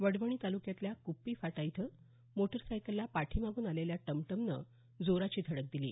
वडवणी तालुक्यातल्या कुप्पी फाटा इथं मोटार सायकलला पाठीमागून आलेल्या टमटमने जोराची धडक दिली